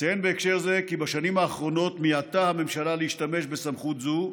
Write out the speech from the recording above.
אציין בהקשר זה כי בשנים האחרונות מיעטה הממשלה להשתמש בסמכות זו,